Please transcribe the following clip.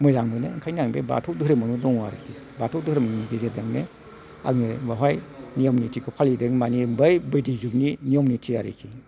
मोजां मोनो ओंखायनो आं बाथौ धोरोमावनो दं आरिखि बाथौ धोरोमनि गेजेरजोंनो आङो बाहाय नियम निथिखौ फालियो आरिखि गोदो मानि बै बैदि जुगनि नियम निथि आरिखि